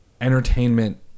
entertainment